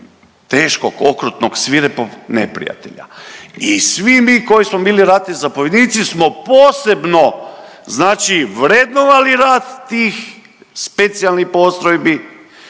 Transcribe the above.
teškog okrutnog svirepog neprijatelja. I svi mi koji smo bili ratni zapovjednici smo posebno, znači vrednovali rad tih specijalnih postrojbi